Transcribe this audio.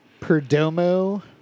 Perdomo